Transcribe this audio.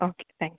okay thank you